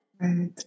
right